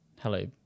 Hello